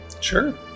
Sure